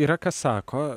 yra kas sako